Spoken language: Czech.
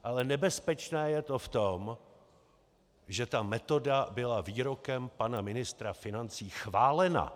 Ale nebezpečné je to v tom, že metoda byla výrokem pana ministra financí chválena.